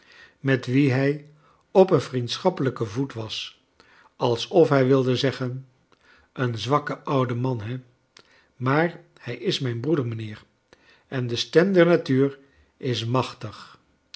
met wien hij op een vriendschappelijken voet was alsof hij wilde zeggen een zwakke oude man he maar hij is mijn broeder mijnheer en de stem der natuur is machtig